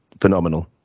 phenomenal